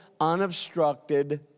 unobstructed